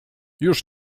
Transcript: już